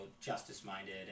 justice-minded